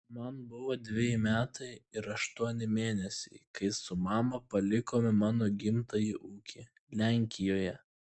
man buvo dveji metai ir aštuoni mėnesiai kai su mama palikome mano gimtąjį ūkį lenkijoje